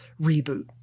reboot